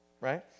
right